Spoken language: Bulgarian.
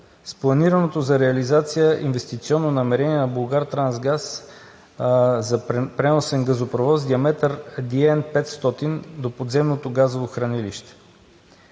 с планираното за реализация инвестиционно намерение на „Булгартрансгаз“ за преносен газопровод с диаметър DN 500 до подземното газово хранилище.